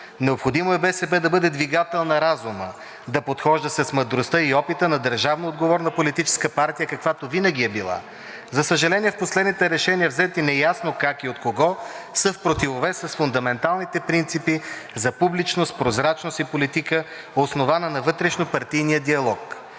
Необходимо е БСП да бъде двигател на разума, да подхожда с мъдростта и опита на държавно отговорна политическа партия, каквато винаги е била. За съжаление, последните решения, взети неясно как и от кого, са в противовес на фундаменталните принципи за публичност, прозрачност и политика, основана на вътрешнопартийния диалог.